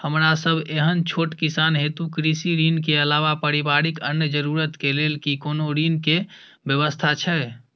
हमरा सब एहन छोट किसान हेतु कृषि ऋण के अलावा पारिवारिक अन्य जरूरत के लेल की कोनो ऋण के व्यवस्था छै?